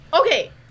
Okay